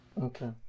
okay